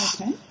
Okay